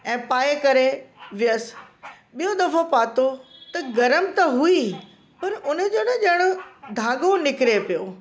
ऐं पाए करे वियसि ॿियो दफ़ो पातो त गरम त हुई पर उनजो न ॼण धाॻो निकिरे पियो